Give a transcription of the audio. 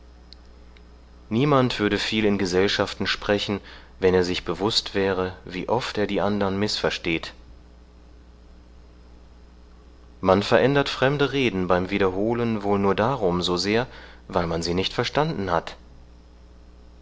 niemand würde viel in gesellschaften sprechen wenn er sich bewußt wäre wie oft er die andern mißversteht man verändert fremde reden beim wiederholen wohl nur darum so sehr weil man sie nicht verstanden hat